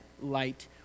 light